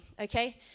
okay